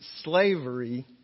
slavery